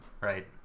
right